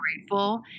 grateful